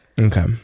Okay